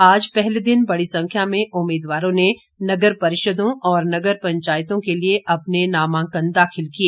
आज पहले दिन बड़ी संख्या में उम्मीदवारों ने नगर परिषदों और नगर पंचायतों के लिए अपने नामांकन दाखिल किए